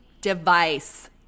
device